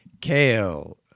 Kale